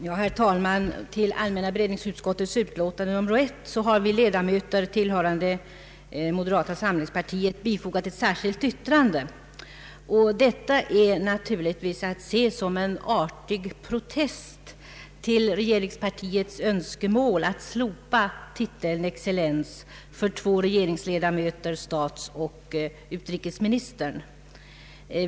Herr talman! Till allmänna beredningsutskottets utlåtande nr 1 har vi ledamöter tillhörande moderata samlingspartiet fogat ett särskilt yttrande. Detta är naturligtvis att se som en artig protest mot regeringspartiets önskemål att slopa titeln excellens för två regeringsledamöter, statsoch utrikesministrarna.